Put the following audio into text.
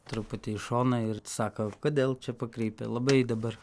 truputį į šoną ir sako kodėl čia pakrypę labai dabar